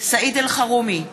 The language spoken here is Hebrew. סעיד אלחרומי,